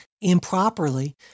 improperly